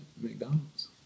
McDonald's